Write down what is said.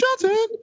Johnson